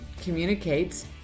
communicates